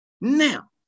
Now